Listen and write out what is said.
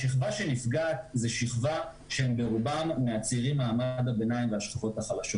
השכבה שנפגעת היא שכבה שברובה צעירים ממעמד הביניים והשכבות החלשות.